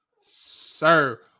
sir